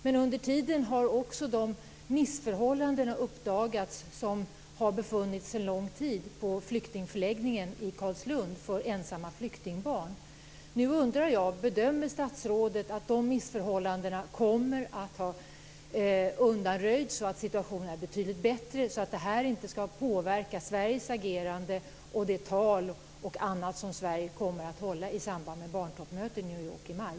Men under tiden har också de missförhållanden uppdagats som funnits en lång tid Carlslunds flyktingförläggning för ensamma flyktingbarn. Bedömer statsrådet att de missförhållandena kommer att ha undanröjts så att situationen är betydligt bättre och så att detta inte ska påverka Sveriges agerande och bl.a. det tal som Sverige kommer att hålla i samband med barntoppmötet i New York i maj?